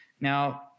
Now